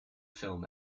film